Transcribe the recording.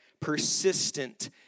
Persistent